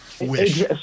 wish